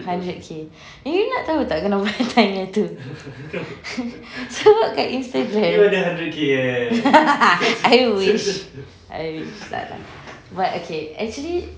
hundred K you nak tahu tak kenapa I tanya tu sebab kat instagram I wish I wish tak lah but okay actually